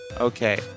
Okay